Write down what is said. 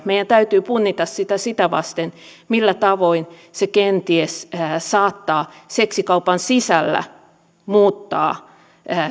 meidän täytyy punnita sitä sitä vasten millä tavoin se kenties saattaa seksikaupan sisällä muuttaa